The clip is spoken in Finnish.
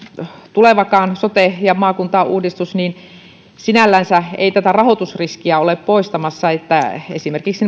tulevakaan sote ja maakuntauudistus sinällänsä ei tätä rahoitusriskiä ole poistamassa esimerkiksi